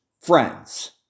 friends